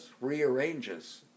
rearranges